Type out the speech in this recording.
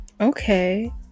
okay